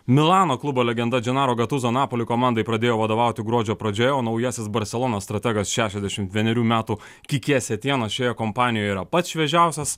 milano klubo legenda dženaro gatuzo napoli komandai pradėjo vadovauti gruodžio pradžioje o naujasis barselonos strategas šešiasdešimt vienerių metų quique setijenas šioje kompanijoje yra pats šviežiausias